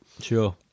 Sure